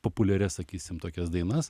populiarias sakysim tokias dainas